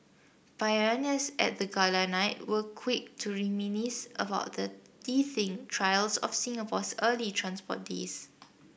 pioneers at the gala night were quick to reminisce about the teething trials of Singapore's early transport days